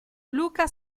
luca